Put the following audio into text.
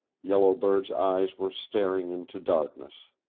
yellow bird's eyes were staring into darkness.